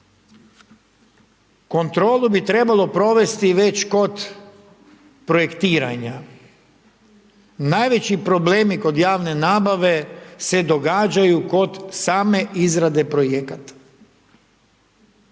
kontrolu bi trebalo provesti već kod projektiranja. Najveći problemi kod javne nabave se događaju kod same izrade projekata.